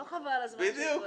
לא חבל על הזמן של כולנו?